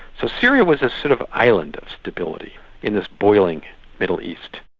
so syria was a sort of island of stability in this boiling middle east.